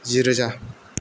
जिरोजा